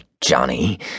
Johnny